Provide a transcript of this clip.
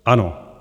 Ano.